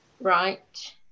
Right